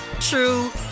true